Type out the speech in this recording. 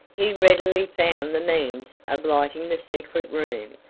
he readily found the means of lighting the secret room,